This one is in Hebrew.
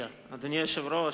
אדוני היושב-ראש,